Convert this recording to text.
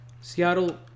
Seattle